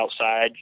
outside